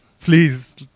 Please